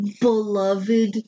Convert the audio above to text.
beloved